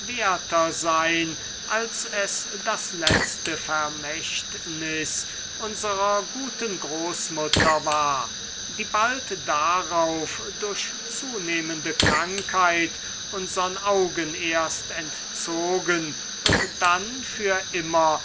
sein als es das letzte vermächtnis unserer guten großmutter war die bald darauf durch zunehmende krankheit unsern augen erst entzogen und dann für immer